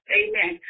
amen